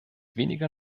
weniger